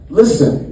listen